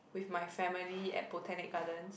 with my family at Botanic Gardens